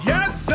Yes